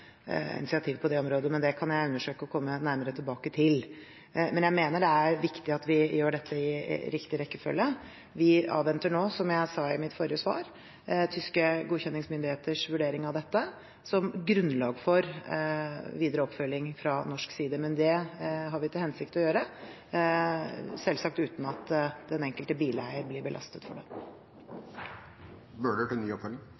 men det kan jeg undersøke og komme nærmere tilbake til. Jeg mener det er viktig at vi gjør dette i riktig rekkefølge. Vi avventer nå, som jeg sa i mitt forrige svar, tyske godkjenningsmyndigheters vurdering av dette som grunnlag for videre oppfølging fra norsk side. Det har vi til hensikt å gjøre, selvsagt uten at den enkelte bileier blir belastet. Jeg takker også for